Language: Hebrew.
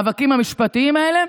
המאבקים המשפטיים האלה.